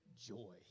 joy